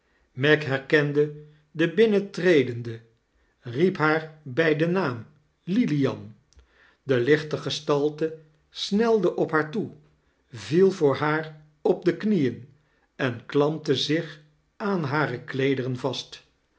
meg herkende de binnentredende riep haar bij den naam lilian de lichte gestalte snelde op haar toe viel voor haar op de knieen en klampte zich aan hare kleederen vast